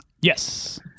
Yes